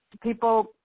people